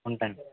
ఉంటాను